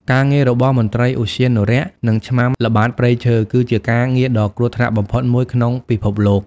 ការងាររបស់មន្ត្រីឧទ្យានុរក្ស និងឆ្មាំល្បាតព្រៃឈើ គឺជាការងារដ៏គ្រោះថ្នាក់បំផុតមួយក្នុងពិភពលោក។